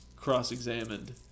cross-examined